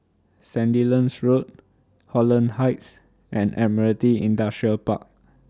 Sandilands Road Holland Heights and Admiralty Industrial Park